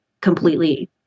completely